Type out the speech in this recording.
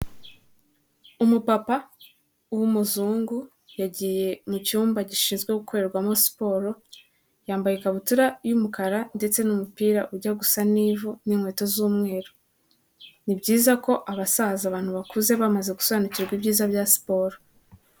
Umupapa w'umuzungu yagiye mu cyumba gishinzwe gukorerwamo siporo, yambaye ikabutura y'umukara ndetse n'umupira ujya gusa n'ivu n'inkweto z'umweru. Ni byiza ko abasaza, abantu bakuze bamaze gusobanukirwa ibyiza bya siporo.